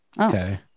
Okay